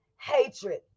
hatred